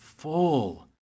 full